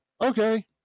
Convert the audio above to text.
okay